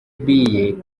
biye